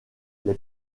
les